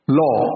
law